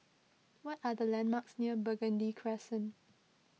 what are the landmarks near Burgundy Crescent